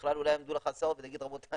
בכלל אולי יעמדו לך השערות ותגיד: רבותיי,